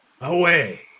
away